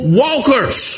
walkers